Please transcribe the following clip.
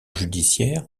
judiciaire